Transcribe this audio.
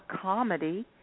comedy